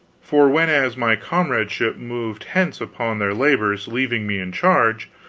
for whenas my comradeship moved hence upon their labors, leaving me in charge,